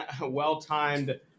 well-timed